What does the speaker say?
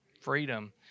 Freedom